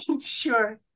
Sure